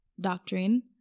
doctrine